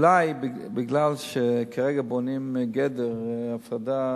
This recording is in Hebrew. אולי מפני שכרגע בונים גדר הפרדה,